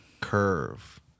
Curve